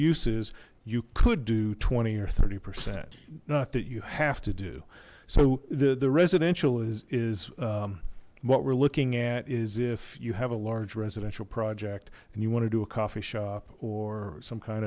uses you could do twenty or thirty percent not that you have to do so the the residential is what we're looking at is if you have a large residential project and you want to do a coffee shop or some kind